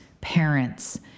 parents